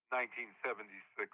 1976